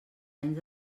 anys